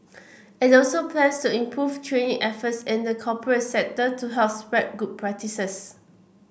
it also plans to improve training efforts in the corporate sector to help spread good practices